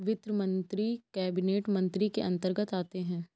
वित्त मंत्री कैबिनेट मंत्री के अंतर्गत आते है